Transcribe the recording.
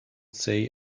say